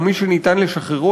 ומי שניתן לשחררו,